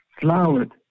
flowered